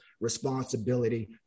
responsibility